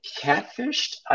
catfished